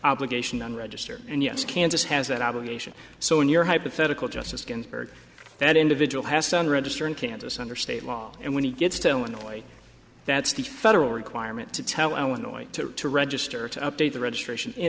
obligation on register and yes kansas has that obligation so in your hypothetical justice ginsburg that individual has done register in kansas under state law and when he gets to illinois that's the federal requirement to tell i want to point to to register to update the registration you